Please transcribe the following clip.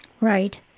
Right